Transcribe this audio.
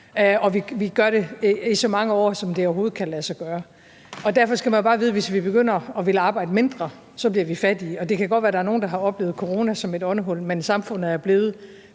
at vi gør det i så mange år, som det overhovedet kan lade sig gøre. Derfor skal man jo bare vide, at hvis vi begynder at ville arbejde mindre, så bliver vi fattigere. Det kan godt være, at der er nogle, der har oplevet corona som et åndehul, men samfundet er blevet